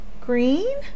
Green